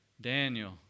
Daniel